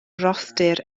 rhostir